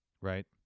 right